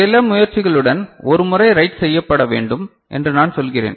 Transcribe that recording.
சில முயற்சிகளுடன் ஒரு முறை ரைட் செய்யப்பட வேண்டும் என்று நான் சொல்கிறேன்